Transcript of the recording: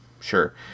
sure